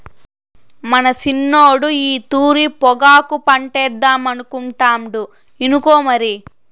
మన సిన్నోడు ఈ తూరి పొగాకు పంటేద్దామనుకుంటాండు ఇనుకో మరి